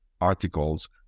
articles